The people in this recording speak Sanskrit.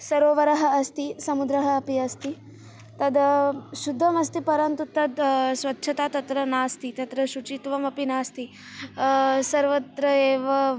सरोवरः अस्ति समुद्रः अपि अस्ति तद् शुद्धमस्ति परन्तु तद् स्वच्छता तत्र नास्ति तत्र शुचित्वमपि नास्ति सर्वत्र एव